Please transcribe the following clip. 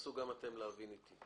ותנסו גם אתם להבין איתי: